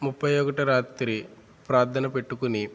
ముప్పై ఒకటి రాత్రి ప్రార్థన పెట్టుకుని